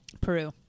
Peru